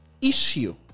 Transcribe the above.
issue